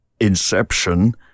Inception